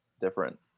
different